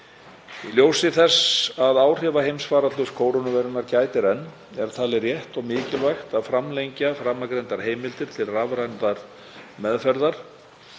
Í ljósi þess að áhrifa heimsfaraldurs kórónuveirunnar gætir enn er talið rétt og mikilvægt að framlengja framangreindar heimildir til rafrænnar meðferðar.